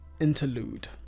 interlude